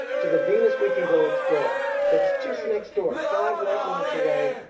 to the venus we can go explore that's just next door, five light minutes away,